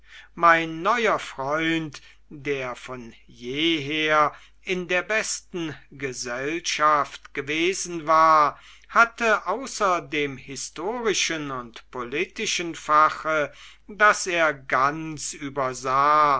mein neuer freund der von jeher in der besten gesellschaft gewesen war hatte außer dem historischen und politischen fache das er ganz übersah